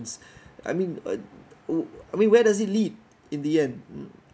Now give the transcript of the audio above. intelligence I mean uh w~ I mean where does it lead in the end